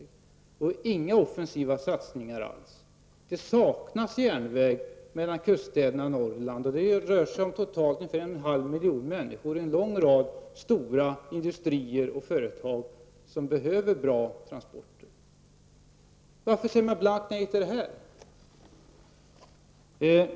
Där görs inga offensiva satsningar alls. Det saknas järnväg mellan kuststäderna i Norrland. Det är totalt ungefär en halv miljon människor, en lång rad stora industrier och företag som där behöver bra transporter. Varför säger man blankt nej till detta?